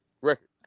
record